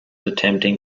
attempting